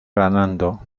ganando